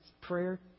prayer